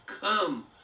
come